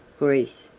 greece,